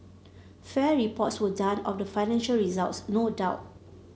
fair reports were done of the financial results no doubt